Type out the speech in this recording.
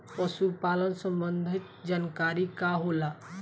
पशु पालन संबंधी जानकारी का होला?